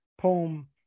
poem